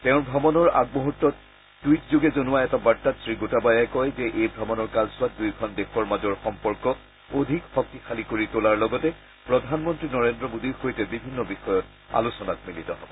তেওঁৰ ভ্ৰমণৰ আগমুহূৰ্তত টুইটযোগে জনোৱা এটা বাৰ্তাত শ্ৰীগোটাবায়াই কয় যে এই ভ্ৰমণৰ কালছোৱাত দুয়োখন দেশৰ মাজৰ সম্পৰ্ক অধিক শক্তিশালী কৰি তোলাৰ লগতে প্ৰধানমন্ত্ৰী নৰেন্দ্ৰ মোদীৰ সৈতে বিভিন্ন আলোচনাত মিলিত হ'ব